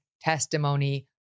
testimony